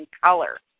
color